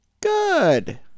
Good